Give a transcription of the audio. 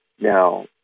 Now